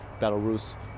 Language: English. Belarus